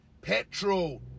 petrol